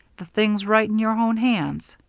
the thing's right in your own hands.